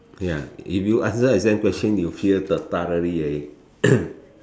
ya if you answer exam question you fail the thoroughly already